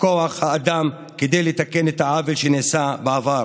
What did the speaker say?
כוח האדם כדי לתקן את העוול שנעשה בעבר.